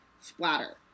splatter